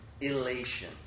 elation